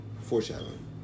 Foreshadowing